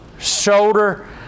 shoulder